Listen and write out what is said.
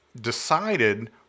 decided